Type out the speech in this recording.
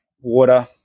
water